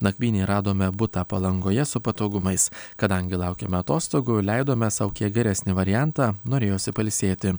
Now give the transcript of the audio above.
nakvynei radome butą palangoje su patogumais kadangi laukėme atostogų leidome sau kiek geresnį variantą norėjosi pailsėti